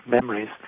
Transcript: memories